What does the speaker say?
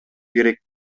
керек